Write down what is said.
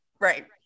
right